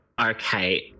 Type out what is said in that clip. Okay